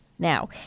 Now